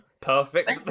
perfect